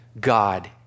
God